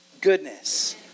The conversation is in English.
goodness